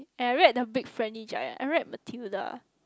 I read the Big-Friendly-Giant I read the Tailer